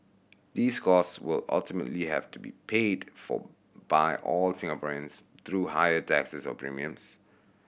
these cost will ultimately have to be paid for by all Singaporeans through higher taxes or premiums